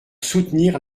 soutenir